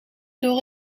door